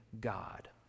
God